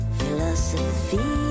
philosophy